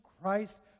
Christ